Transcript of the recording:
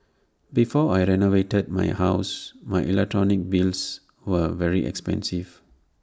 before I renovated my house my electrical bills were very expensive